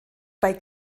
bei